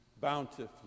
bountifully